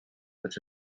which